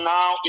Now